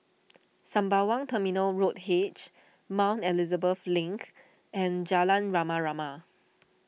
Sembawang Terminal Road H Mount Elizabeth Link and Jalan Rama Rama